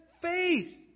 faith